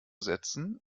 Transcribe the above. setzen